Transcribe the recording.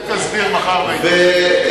את זה תסביר מחר לעיתונים.